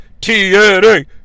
TNA